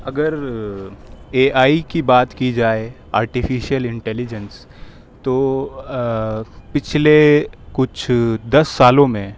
اگر A I کی بات کی جائے آرٹیفیشل انٹلجینس تو پچھلے کچھ دس سالوں میں